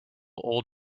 old